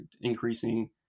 increasing